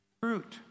fruit